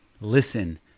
Listen